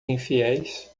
infiéis